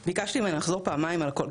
השד.״ ביקשתי ממנה לחזור פעמיים על הכול,